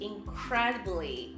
Incredibly